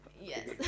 Yes